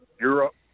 Europe